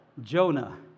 Jonah